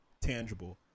tangible